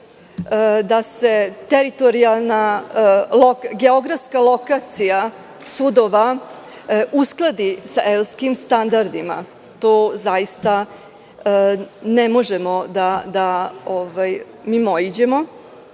da se teritorijalna geografska lokacija sudova uskladi sa evropskim standardima. To zaista ne možemo da mimoiđemo.